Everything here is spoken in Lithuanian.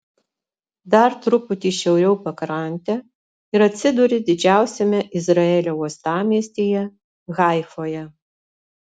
dar truputį šiauriau pakrante ir atsiduri didžiausiame izraelio uostamiestyje haifoje